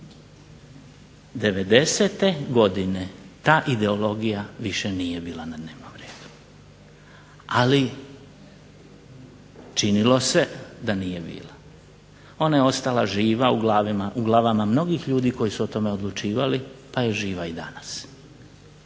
'90.-te godine ta ideologija više nije bila na dnevnom redu. Ali činilo se da nije bila, ona je ostala živa u glavama mnogih ljudi koji su o tome odlučivali pa je živa i danas.